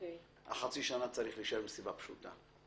החצי שנה צריך להישאר מסיבה פשוטה.